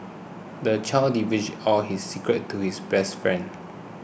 the child divulged all his secrets to his best friend